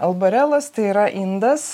albarelas tai yra indas